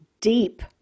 deep